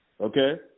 okay